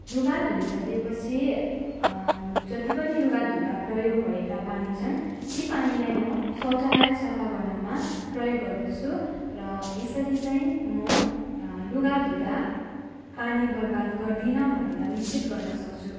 लुगा धोइसके पछि जति पनि लुगा धुँदा प्रयोग भएका पानी छन् ती पानीलाई म शौचालय सफा गर्नमा प्रयोग गर्दछु र यसरी चाहिँ म लुगा धुँदा पानी बर्बाद गर्दिनँ भनेर निश्चित गर्न सक्छु